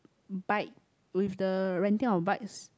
bike with the renting of bikes